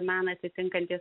meną atitinkantys